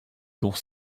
dont